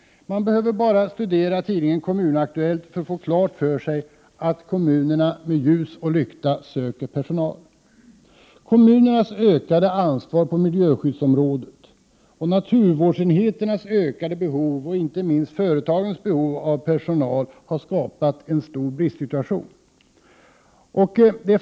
Man behöver bara studera tidningen Kommun-Aktuellt för att få klart för sig att kommunerna med ljus och lykta söker personal. Kommunernas ökade ansvar på miljöskyddsområdet, naturvårdsenheternas ökade behov och inte minst företagens behov av personal har skapat en stor bristsituation.